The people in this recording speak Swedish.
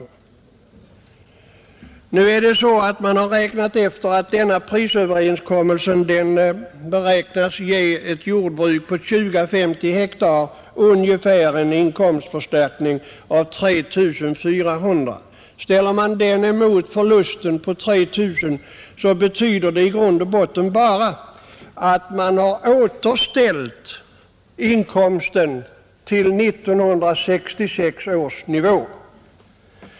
Nu har det beräknats att den nya prisöverenskommelsen skall ge ett jordbruk på 20 å 50 hektar en inkomstförstärkning av ungefär 3 400 kronor. Ställer man det beloppet mot förlusten på 3 000 kronor så betyder det i grund och botten bara att inkomsten har återställts till 1966 års nivå.